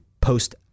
post